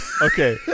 Okay